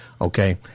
Okay